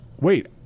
Wait